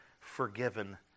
forgiven